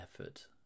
effort